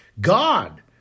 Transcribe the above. God